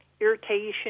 irritation